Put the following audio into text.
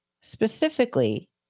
specifically